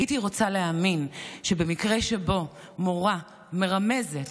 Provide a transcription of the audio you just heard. הייתי רוצה להאמין שבמקרה שבו מורה מרמזת